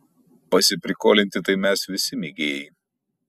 pasiprikolinti tai mes visi mėgėjai